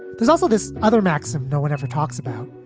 there's also this other maxim. no one ever talks about.